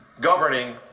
governing